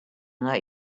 let